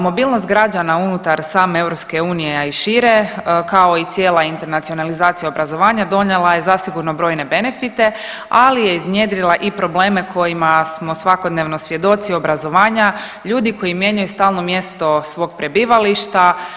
Mobilnost građana unutar same EU, a i šire kao i cijela internacionalizacija obrazovanja donijela je zasigurno brojne benefite, ali je iznjedrila i probleme kojima smo svakodnevno svjedoci obrazovanja ljudi koji mijenjanju stalno mjesto svog prebivališta.